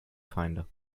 feinde